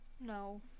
No